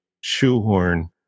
shoehorn